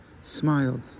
smiled